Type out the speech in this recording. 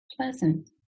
pleasant